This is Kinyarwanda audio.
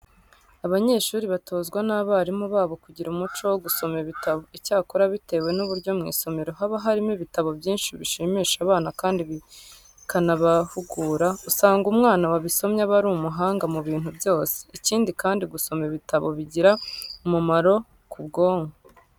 Abanyeshuri batozwa n'abarimu babo kugira umuco wo gusoma ibitabo. Icyakora bitewe n'uburyo mu isomero haba harimo ibitabo byinshi bishimisha abana kandi bikanabahugura, usanga umwana wabisomye aba ari umuhanga mu bintu byose. Ikindi kandi gusoma ibitabo bigira umumaro ku bwonko.